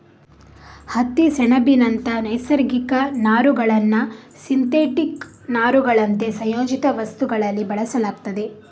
ಹತ್ತಿ, ಸೆಣಬಿನಂತ ನೈಸರ್ಗಿಕ ನಾರುಗಳನ್ನ ಸಿಂಥೆಟಿಕ್ ನಾರುಗಳಂತೆ ಸಂಯೋಜಿತ ವಸ್ತುಗಳಲ್ಲಿ ಬಳಸಲಾಗ್ತದೆ